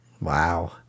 Wow